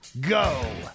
go